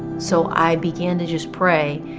so i began to just pray,